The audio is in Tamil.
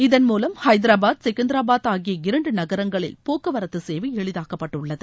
இதன் மூலம் ஹைதராபாத் செகந்திராபாத் ஆகிய இரண்டு நகரங்களில் போக்குவரத்து சேவை எளிதாக்கப்பட்டுள்ளது